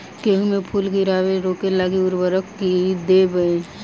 कद्दू मे फूल गिरनाय रोकय लागि उर्वरक मे की देबै?